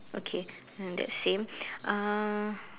okay then that's same uh